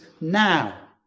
now